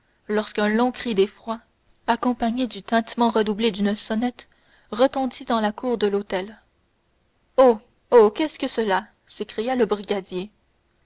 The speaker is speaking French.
lorsqu'un long cri d'effroi accompagné de tintement redoublé d'une sonnette retentit dans la cour de l'hôtel oh oh qu'est-ce que cela s'écria le brigadier